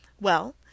Well